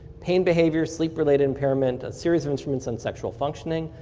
pain behavior, sleep related impairment, series of instruments in sexual functioning.